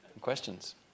Questions